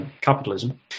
capitalism